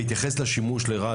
בהתייחס לשימוש לרעה,